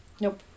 Nope